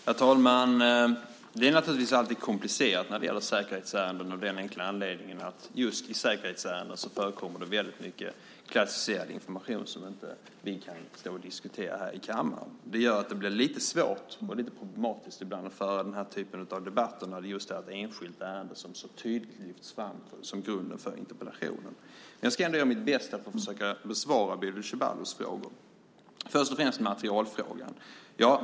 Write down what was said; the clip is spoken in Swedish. Herr talman! Det är naturligtvis alltid komplicerat när det gäller säkerhetsärenden av den enkla anledningen att just i sådana ärenden förekommer det mycket klassificerad information som vi inte kan stå och diskutera här i kammaren. Det gör att det blir lite svårt och problematiskt ibland att föra den här typen av debatter. Det handlar ju om ett enskilt ärende som så tydligt lyfts fram som grunden för interpellationen. Jag ska ändå göra mitt bästa för att försöka besvara Bodil Ceballos frågor. Först och främst gäller det materialfrågan.